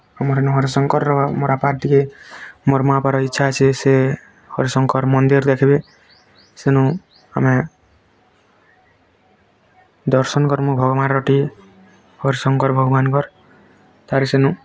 ଆମର ନୁ ହରିଶଙ୍କରର ମୋର ବାପାର ଟିକେ ମୋର ମା' ବାପାର ଇଚ୍ଛା ଅଛି ସିଏ ହରିଶଙ୍କର ମନ୍ଦିର ଦେଖିବେ ସେନୁ ଆମେ ଦର୍ଶନ କରିମୁ ଭଗବାନରଟି ହରିଶଙ୍କର ଭଗବାନଙ୍କର ଗାଡ଼ି ସେନୁ